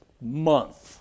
month